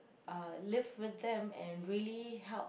uh live with them and really help